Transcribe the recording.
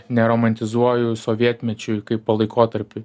neromantizuoju sovietmečiui kaipo laikotarpiui